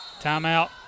Timeout